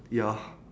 ya